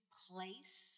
place